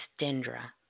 Dendra